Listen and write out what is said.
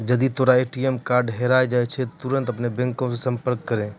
जदि तोरो ATM card हेराय जाय त तुरन्ते अपनो बैंको से संपर्क करो